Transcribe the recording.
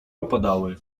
opadały